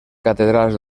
catedrals